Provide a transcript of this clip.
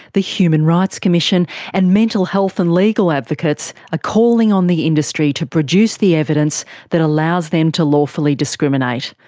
the human rights commission, and mental health and legal advocates are ah calling on the industry to produce the evidence that allows them to lawfully discriminate.